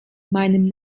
meinem